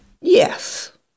Yes